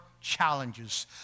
challenges